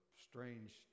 strange